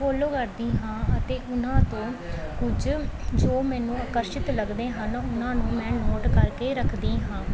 follow ਕਰਦੀ ਹਾਂ ਅਤੇ ਉਹਨਾਂ ਤੋਂ ਕੁਝ ਜੋ ਮੈਨੂੰ ਆਕਰਸ਼ਿਤ ਲੱਗਦੇ ਹਨ ਉਹਨਾਂ ਨੂੰ ਮੈਂ ਨੋਟ ਕਰਕੇ ਰੱਖਦੀ ਹਾਂ